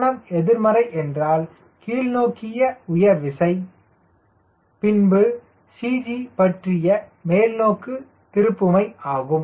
கோணம் எதிர்மறை என்றால் கீழ் நோக்கிய உயர் விசை பின்பு CG பற்றிய மேல்நோக்கு திருப்புமை ஆகும்